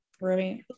right